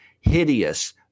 hideous